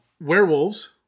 Werewolves